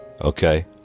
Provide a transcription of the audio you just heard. Okay